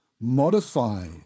modify